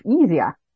easier